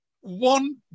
one